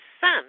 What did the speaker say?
son